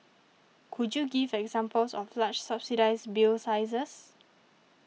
could you give examples of large subsidised bill sizes